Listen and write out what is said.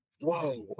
Whoa